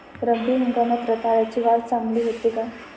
रब्बी हंगामात रताळ्याची वाढ चांगली होते का?